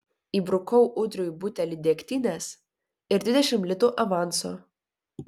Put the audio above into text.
įbrukau ūdriui butelį degtinės ir dvidešimt litų avanso